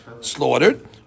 slaughtered